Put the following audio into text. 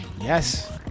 Yes